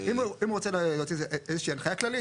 אם הוא רוצה להוציא איזה שהיא הנחיה כללית,